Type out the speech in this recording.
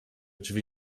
drzwi